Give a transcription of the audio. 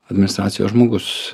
administracijos žmogus